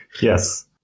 yes